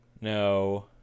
No